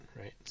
right